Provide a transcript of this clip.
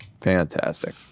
Fantastic